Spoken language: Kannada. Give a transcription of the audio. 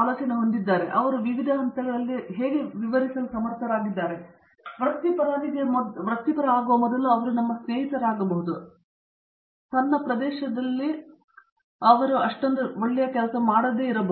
ಅಳಿಸಿ ತದನಂತರ ಅವರು ವಿವಿಧ ಹಂತಗಳಲ್ಲಿ ಇತರರಿಗೆ ಅದನ್ನು ವಿವರಿಸಲು ಸಮರ್ಥರಾಗಿದ್ದಾರೆ ವೃತ್ತಿಪರರಿಗೆ ಮೊದಲು ತಮ್ಮ ಸ್ನೇಹಿತನಾಗಬಹುದು ತನ್ನ ಪ್ರದೇಶವನ್ನು ಕೆಟ್ಟದ್ದನ್ನು ಮಾಡುತ್ತಿದ್ದಾರೆ